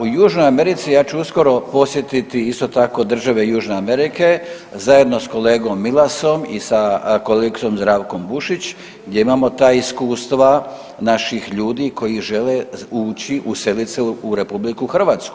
U Južnoj Americi, ja ću uskoro posjetiti isto tako države Južne Amerike zajedno s kolegom Milasom i sa kolegicom Zdravkom Bušić gdje imamo ta iskustava naših ljudi koji žele ući i uselit se u RH.